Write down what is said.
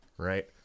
right